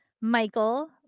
Michael